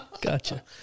Gotcha